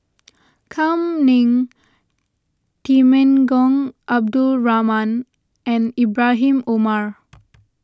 Kam Ning Temenggong Abdul Rahman and Ibrahim Omar